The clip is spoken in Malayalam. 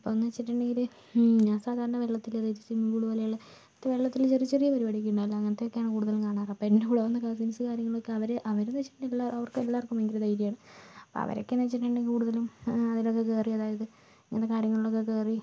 അപ്പോഴെന്ന് വെച്ചിട്ടുണ്ടെങ്കില് ഞാൻ സാധാരണ വെള്ളത്തിൽ അതായത് സ്വിമ്മിങ് പൂള് പോലെയുള്ള വെള്ളത്തിലെ ചെറിയ ചെറിയ പരിപാടിയൊക്കെ ഉണ്ടാവില്ലേ അങ്ങനത്തെ ഒക്കെയാണ് കൂടുതലും കാണാറ് അപ്പോൾ എൻ്റെ കൂടെ വന്ന കസിൻസ് കാര്യങ്ങളൊക്കെ അവര് അവരെന്ന് വെച്ചിട്ടുണ്ടെങ്കിൽ എല്ലാ അവർക്ക് എല്ലാവർക്കും ഭയങ്കര ധൈര്യമാണ് അവരൊക്കെ എന്ന് വെച്ചിട്ടുണ്ടെങ്കിൽ കൂടുതലും അതിലൊക്കെ കയറി അതായത് ഇങ്ങനത്തെ കാര്യങ്ങളിലൊക്കെ കേറി